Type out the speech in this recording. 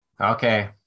Okay